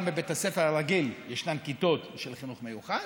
גם בבית הספר הרגיל ישנן כיתות של חינוך מיוחד,